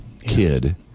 kid